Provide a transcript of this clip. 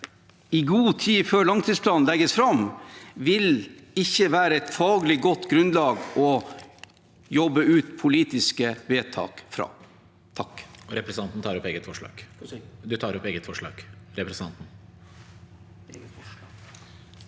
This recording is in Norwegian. i god tid før langtidsplanen legges fram, vil ikke være et faglig godt grunnlag å jobbe fram politiske vedtak fra.